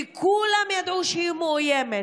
וכולם ידעו שהיא מאוימת.